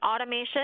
automation